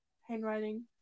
handwriting